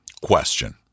question